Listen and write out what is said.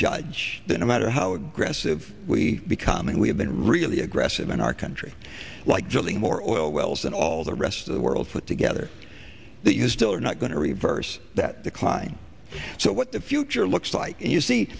judge no matter how aggressive we become and we have been really aggressive in our country like chile more oil wells and all the rest of the world put together that you still are not going to reverse that decline so what the future looks like you see